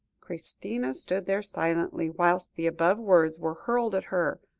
christina stood there silently whilst the above words were hurled at her,